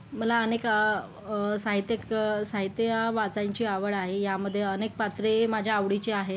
मला अनेक साहित्यिक साहित्य वाचायची आवड आहे यामध्ये अनेक पात्रे माझ्या आवडीचे आहेत